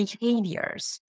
behaviors